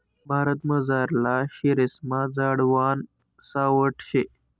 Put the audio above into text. भारतमझारला शेरेस्मा झाडवान सावठं शे